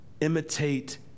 Imitate